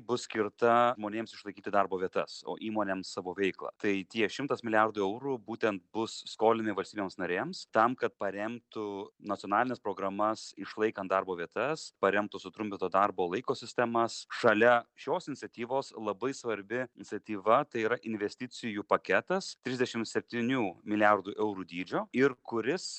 bus skirta žmonėms išlaikyti darbo vietas o įmonėms savo veiklą tai tie šimtas milijardų eurų būtent bus skolini valstybėms narėms tam kad paremtų nacionalines programas išlaikant darbo vietas paremtas sutrumpinto darbo laiko sistemas šalia šios iniciatyvos labai svarbi iniciatyva tai yra investicijų paketas trisdešim septynių milijardų eurų dydžio ir kuris